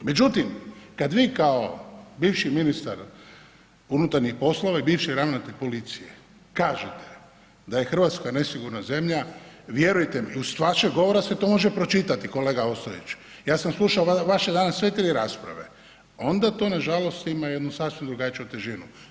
Međutim, kad vi kao bivši ministar unutarnjih poslova i bivši ravnatelj policije kažete da je Hrvatska nesigurna zemlja, vjerujte mi iz vašeg govora se to može pročitati kolega Ostojić, ja sam slušao vaše danas sve 3 rasprave, onda to nažalost ima jednu sasvim drugačiju težinu.